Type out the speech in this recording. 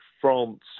France